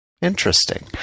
interesting